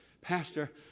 Pastor